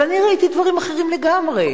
אבל אני ראיתי דברים אחרים לגמרי.